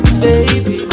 baby